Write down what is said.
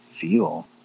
feel